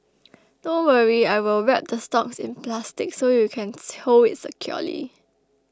don't worry I will wrap the stalks in plastic so you can hold it securely